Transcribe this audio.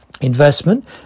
Investment